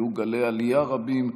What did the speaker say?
היו גלי עלייה רבים,